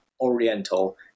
Oriental